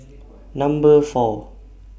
Number four